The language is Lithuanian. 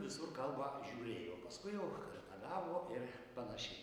visur kalbą žiūrėjo paskui jau redagavo ir panašiai